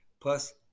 plus